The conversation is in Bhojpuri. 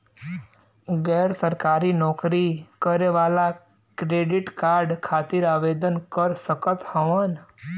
गैर सरकारी नौकरी करें वाला क्रेडिट कार्ड खातिर आवेदन कर सकत हवन?